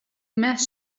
mash